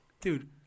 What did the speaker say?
Dude